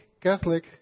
Catholic